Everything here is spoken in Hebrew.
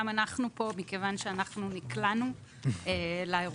גם אנחנו פה מכיוון שאנחנו נקלענו לאירוע.